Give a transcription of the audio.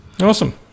Awesome